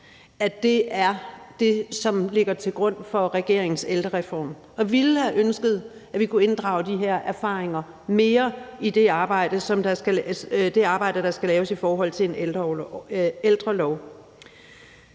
at det er det, som ligger til grund for regeringens ældrereform, og jeg ville have ønsket, at vi kunne inddrage de her erfaringer mere i det arbejde, der skal laves i forhold til en ældrelov.